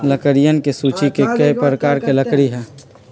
लकड़ियन के सूची में कई प्रकार के लकड़ी हई